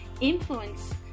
influence